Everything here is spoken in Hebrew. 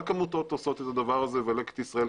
רק עמותות עושות את הדבר הזה ולקט ישראל,